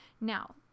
Now